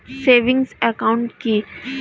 Savings account কি?